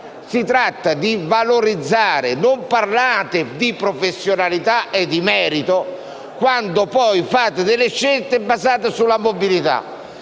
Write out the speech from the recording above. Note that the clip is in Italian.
Si tratta di valorizzare. Non parlate di professionalità e di merito quando poi fate delle scelte basate sulla mobilità.